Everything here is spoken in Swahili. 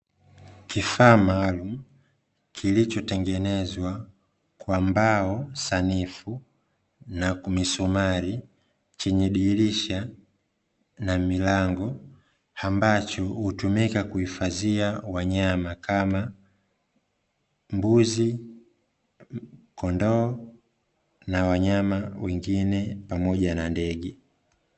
Kifaa maalum kilichotengenezwa kwa mbao sanifu na kwa misumari, chenye dirisha na milango ambacho hutumika kuhifadhia wanyama kama vile Mbuzi, Kondoo na wanyama wengine pamoja na ndege.